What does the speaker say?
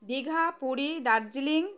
Digha Puri Darjeeling